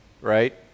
right